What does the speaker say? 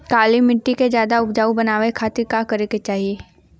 काली माटी के ज्यादा उपजाऊ बनावे खातिर का करे के चाही?